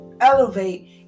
elevate